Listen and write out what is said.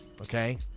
okay